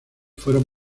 fueron